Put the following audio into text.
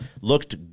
looked